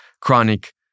chronic